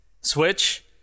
switch